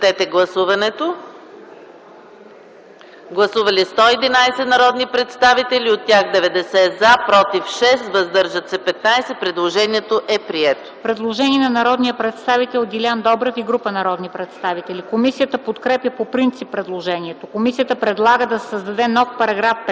Предложението е прието.